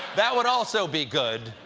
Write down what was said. that would also be good.